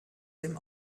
dem